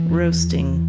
roasting